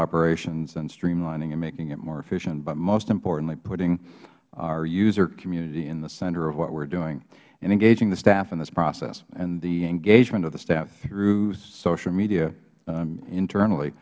operations and streamlining and making it more efficient but most importantly putting our user community in the center of what we are doing and engaging the staff in this process and the engagement of the staff through social media internally